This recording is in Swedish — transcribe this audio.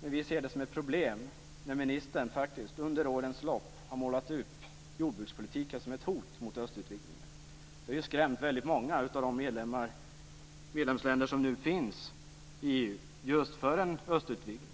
Men vi ser det som ett problem när ministern faktiskt under årens lopp har målat upp jordbrukspolitiken som ett hot mot östutvidgningen. Det har skrämt väldigt många av de medlemsländer som nu finns för just en östutvidgning.